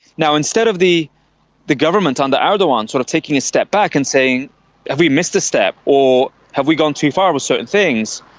now, instead of the the government under erdogan sort of taking a step back and saying have we missed a step or have we gone too far with certain things,